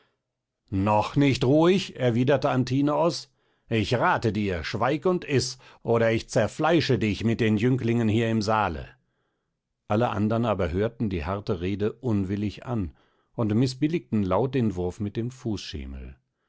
noch nicht ruhig erwiderte antinoos ich rate dir schweig und iß oder ich zerfleische dich mit den jünglingen hier im saale alle andern aber hörten die harte rede unwillig an und mißbilligten laut den wurf mit dem